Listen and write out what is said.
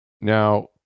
Now